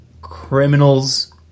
criminals